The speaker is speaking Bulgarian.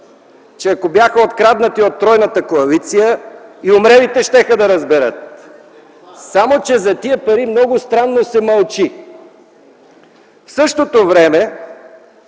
че ако бяха откраднати от тройната коалиция, и умрелите щяха да разберат, само че за тези пари много странно се мълчи. В същото време